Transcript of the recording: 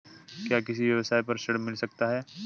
क्या किसी व्यवसाय पर ऋण मिल सकता है?